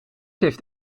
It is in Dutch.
heeft